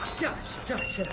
josh, josh,